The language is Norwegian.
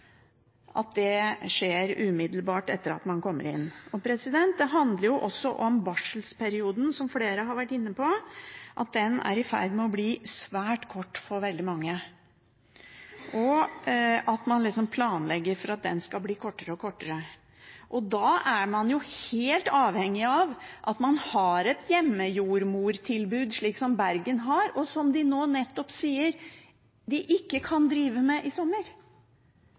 at det skjer umiddelbart etter at man kommer inn. Dette handler også om barselperioden, som flere har vært inne på, at den er i ferd med å bli svært kort for veldig mange, og at man planlegger for at den skal bli kortere og kortere. Da er man helt avhengig av at man har et hjemmejordmortilbud, slik som Bergen har, og som de nå nettopp sier at de ikke kan drive med i sommer.